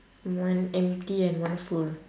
one empty and one full